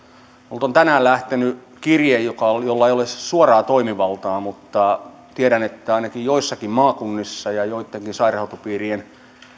minulta on tänään lähtenyt kirje jolla ei ole suoraa toimivaltaa mutta tiedän että ainakin joissakin maakunnissa ja joittenkin sairaanhoitopiirien